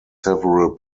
several